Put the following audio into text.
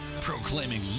Proclaiming